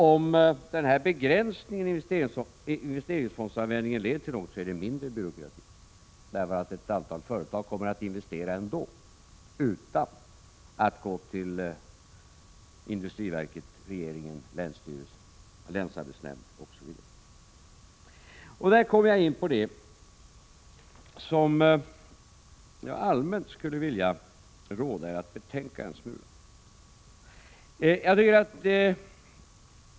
Om begränsningen av investeringsfondernas användning leder till något så är det mindre byråkrati, därför att ett antal företag kommer att investera utan att gå till industriverket, regeringen, länsstyrelsen, länsarbetsnämnden, osv. Här kommer jag in på det som jag allmänt skulle vilja råda er att betänka en smula.